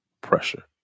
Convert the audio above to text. pressure